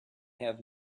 have